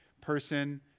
person